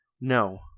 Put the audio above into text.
No